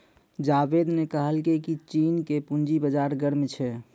जावेद ने कहलकै की चीन के पूंजी बाजार गर्म छै